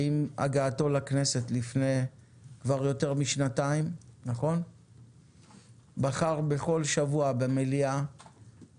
שעם הגעתו לכנסת לפני יותר משנתיים בחר בכל שבוע במליאה